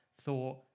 thought